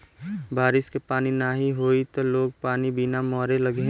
बारिश के पानी नाही होई त लोग पानी बिना मरे लगिहन